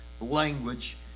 language